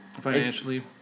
Financially